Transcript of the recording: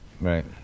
right